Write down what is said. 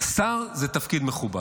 שר זה תפקיד מכובד.